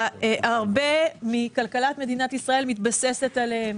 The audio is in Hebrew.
הרבה מכלכלת מדינת ישראל מתבססת על האנשים האלה.